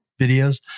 videos